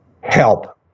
Help